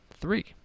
three